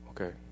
Okay